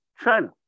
China